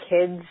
kids